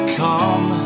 come